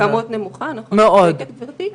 בכמות נמוכה, נכון, את צודקת גברתי.